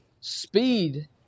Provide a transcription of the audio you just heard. speed